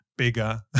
bigger